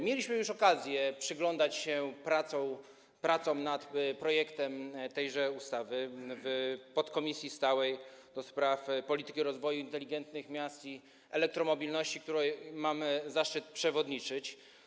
Mieliśmy już okazję przyglądać się pracom nad projektem tejże ustawy w podkomisji stałej do spraw polityki rozwoju inteligentnych miast i elektromobilności, której mam zaszczyt przewodniczyć.